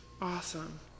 Awesome